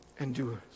endures